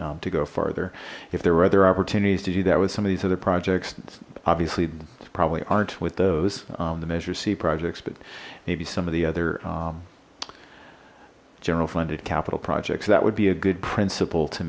go farther if there were other opportunities to do that with some of these other projects obviously probably aren't with those the measure c projects but maybe some of the other general funded capital projects that would be a good principle to